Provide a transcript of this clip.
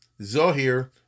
zohir